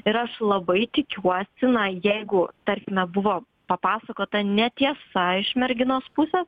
ir aš labai tikiuosi na jeigu tarkime buvo papasakota netiesa iš merginos pusės